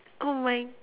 oh my